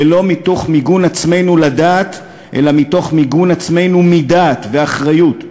ולא מתוך מיגון עצמנו לדעת אלא מתוך מיגון עצמנו מדעת ואחריות,